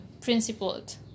principled